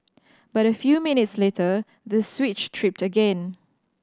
but a few minutes later the switch tripped again